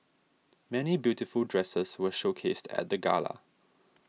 many beautiful dresses were showcased at the gala